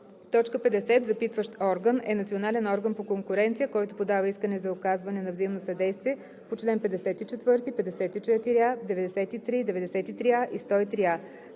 50. „Запитващ орган“ е национален орган по конкуренция, който подава искане за оказване на взаимно съдействие по чл. 54, 54а, 93, 93а и 103а.